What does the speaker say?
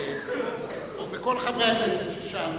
שגם